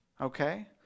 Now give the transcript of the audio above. Okay